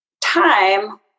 time